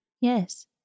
Yes